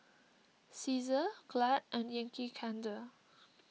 Cesar Glad and Yankee Candle